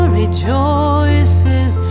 rejoices